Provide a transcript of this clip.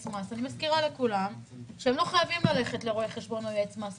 מס." אני מזכירה לכולם שהם לא חייבים ללכת לרואה חשבון או יועץ מס.